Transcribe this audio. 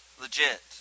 legit